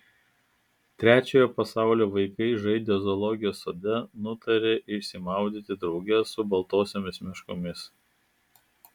trečiojo pasaulio vaikai žaidę zoologijos sode nutarė išsimaudyti drauge su baltosiomis meškomis